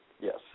Yes